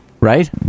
right